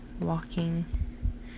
walking